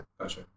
gotcha